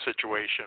situation